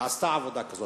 והיא עשתה עבודה כזאת.